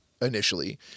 initially